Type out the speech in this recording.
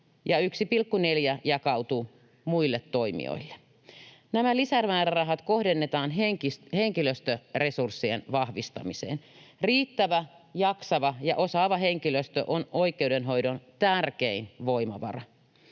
1,4 jakautuu muille toimijoille. Nämä lisämäärärahat kohdennetaan henkilöstöresurssien vahvistamiseen. Riittävä, jaksava ja osaava henkilöstö on oikeudenhoidon tärkein voimavara.